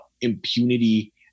impunity